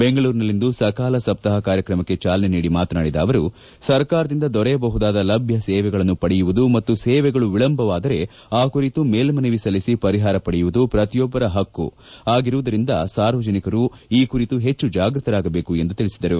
ಬೆಂಗಳೂರಿನಲ್ಲಿಂದು ಸಕಾಲ ಸಪ್ತಾಹ ಕಾರ್ಯಕ್ರಮಕ್ಕೆ ಚಾಲನೆ ನೀದಿ ಮಾತನಾಡಿದ ಅವರು ಸರ್ಕಾರದಿಂದ ದೊರೆಯಬಹುದಾದ ಲಭ್ಯ ಸೇವೆಗಳನ್ನು ಪಡೆಯುವುದು ಮತ್ತು ಸೇವೆಗಳು ವಿಳಂಬವಾದರೆ ಆ ಕುರಿತು ಮೇಲ್ಮನವಿ ಸಲ್ಲಿಸಿ ಪರಿಹಾರ ಪಡೆಯುವುದು ಪ್ರತಿಯೊಬ್ಬರ ಹಕ್ಕು ಆಗಿರುವುದರಿಂದ ಸಾರ್ವಜನಿಕರು ಈ ಕುರಿತು ಹೆಚ್ಚು ಜಾಗ್ಬತರಾಗಬೇಕು ಎಂದು ತಿಳಿಸಿದರು